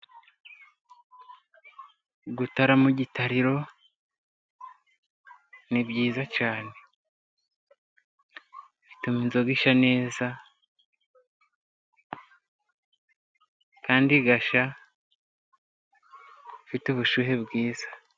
Gutara mu gitariro ni byiza cyane. Bituma inzoga ishya, Kandi igashya ifite ubushyuhe bwiza.